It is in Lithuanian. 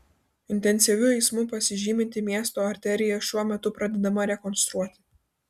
intensyviu eismu pasižyminti miesto arterija šiuo metu pradedama rekonstruoti